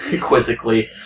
quizzically